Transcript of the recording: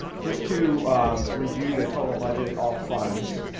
just to review the total budget, all funds.